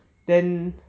then